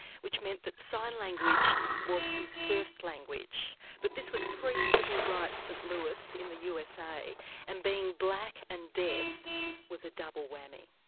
which meant that sign language was his first language. but this was pre-civil rights st louis in the usa and being black and deaf was a double whammy.